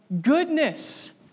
goodness